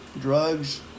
drugs